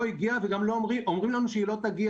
לא הגיעה וגם אומרים לנו שהיא לא תגיע